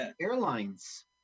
Airlines